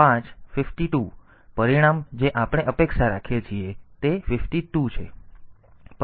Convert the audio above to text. તેથી પરિણામ જે આપણે અપેક્ષા રાખીએ છીએ તે 52 છે